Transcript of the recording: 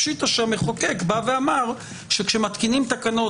פשיטא שהמחוקק אמר שכשמתקינים תקנות